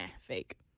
fake